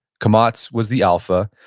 kamots was the alpha,